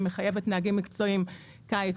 שמחייבת נהגים מקצועיים בקיץ,